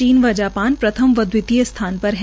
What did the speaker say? चीन व जापान प्रथम व दवितीय स्थान पर है